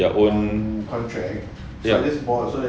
their own yup